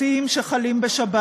חברי הכנסת,